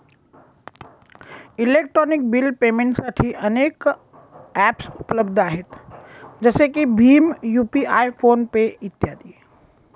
electronic bill पेमेंटसाठी अनेक ॲप्सउपलब्ध आहेत जसे की भीम यू.पि.आय फोन पे इ